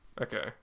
okay